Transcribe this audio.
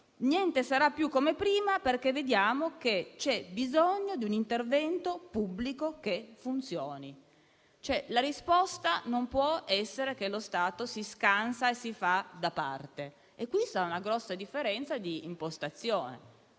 niente sarà più come prima, perché vediamo che c'è bisogno di un intervento pubblico che funzioni; la risposta non può essere che lo Stato si scansa e si fa da parte, e qui sta una grossa differenza di impostazione.